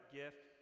gift